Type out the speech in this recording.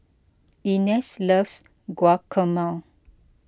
Ines loves Guacamole